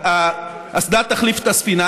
כשהאסדה תחליף את הספינה?